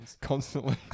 Constantly